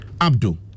Abdul